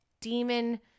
Demon